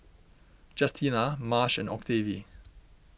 Justina Marsh and Octavie